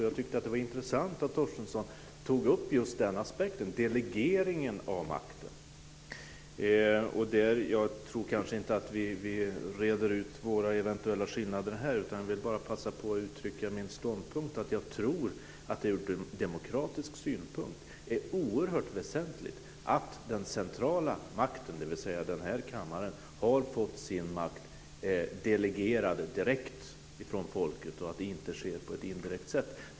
Jag tyckte att det var intressant att Torstensson tog upp just den aspekten, delegeringen av makten. Jag tror kanske inte att vi reder ut våra eventuella skillnader här Jag vill bara passa på att uttrycka min ståndpunkt, att jag tror att det ur demokratisk synpunkt är oerhört väsentligt att den centrala makten, dvs. den här kammaren, har fått sin makt delegerad direkt från folket och att det inte sker på ett indirekt sätt.